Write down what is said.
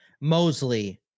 Mosley